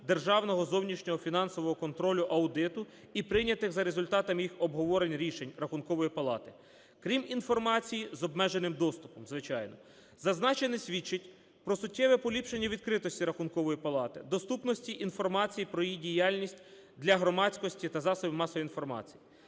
державного зовнішнього фінансового контролю (аудиту) і прийнятих за результатами їх обговорень рішень Рахункової палати, крім інформації з обмеженим доступом, звичайно. Зазначене свідчить про суттєве поліпшення відкритості Рахункової палати, доступності інформації про її діяльність для громадськості та засобів масової інформації.